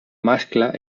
mascle